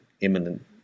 imminent